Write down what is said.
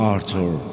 Arthur